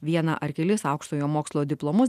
vieną ar kelis aukštojo mokslo diplomus